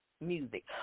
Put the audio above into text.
music